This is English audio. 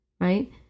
right